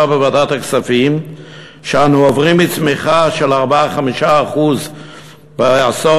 בוועדת הכספים שאנו עוברים מצמיחה של 4% 5% בעשור